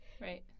Right